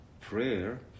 prayer